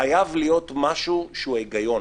חייב להיות משהו שהוא ההיגיון.